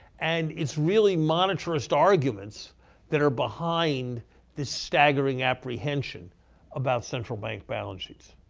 and it's really monetarist arguments that are behind this staggering apprehension about central bank balance sheets.